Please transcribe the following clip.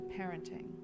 parenting